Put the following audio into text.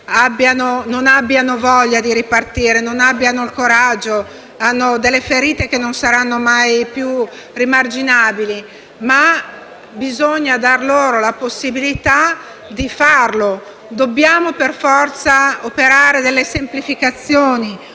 non abbiano voglia di ripartire o non abbiano il coraggio. Hanno delle ferite che non saranno mai più rimarginabili, ma bisogna dar loro la possibilità di farlo, dobbiamo necessariamente operare delle semplificazioni,